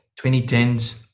2010s